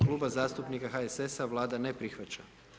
Kluba zastupnika HSS-a, Vlada ne prihvaća.